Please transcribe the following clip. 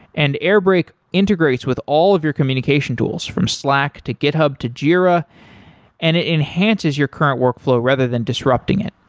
and airbrake integrates with all of your communication tools, from slack, to github, to jira and it enhances your current workflow rather than disrupting it.